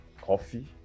coffee